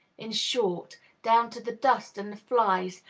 in short, down to the dust and the flies,